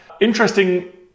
Interesting